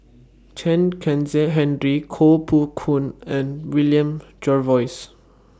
Chen Kezhan Henri Koh Poh Koon and William Jervois